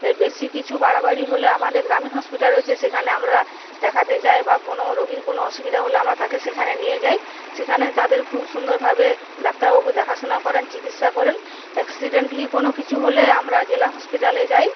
এর বেশি কিছু বাড়াবাড়ি হলে আমাদের গ্রামীণ হসপিটাল রয়েছে সেখানে আমরা দেখাতে যাই বা কোনও রোগির কোনও অসুবিধা হলে আমরা তাকে সেখানে নিয়ে যাই সেখানে তাদের খুব সুন্দরভাবে ডাক্তারবাবু দেখাশোনা করেন চিকিৎসা করেন অ্যাক্সিডেন্টালি কোনও কিছু হলে আমরা জেলা হসপিটালে যাই